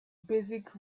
basic